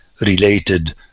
related